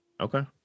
Okay